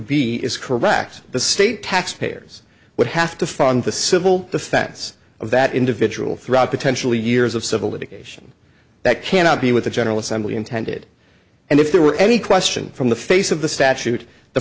be is correct the state taxpayers would have to fund the civil defense of that individual throughout potentially years of civil litigation that cannot be what the general assembly intended and if there were any question from the face of the statute the